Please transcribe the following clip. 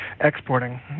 exporting